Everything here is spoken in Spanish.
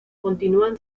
continúan